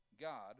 God